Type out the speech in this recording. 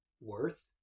worth